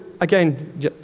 again